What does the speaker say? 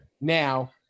Now